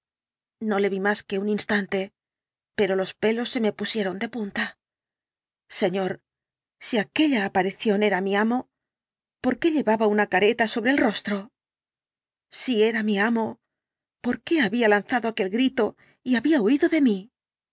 no le vi más que un instante pero los pelos se me pusieron de punta señor si aquella aparición era mi amo por qué llevaba una careta sobre el rostro si era mi amo porqué había lanzado aquel grito y había huido la última noche de mí